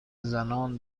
زنان